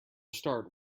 start